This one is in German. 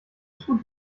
tut